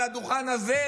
על הדוכן הזה,